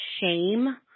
shame